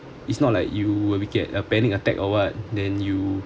it's not like you will will get a panic attack or what then you